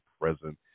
present